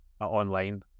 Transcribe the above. online